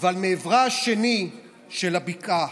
אבל מעברה השני של הבקעה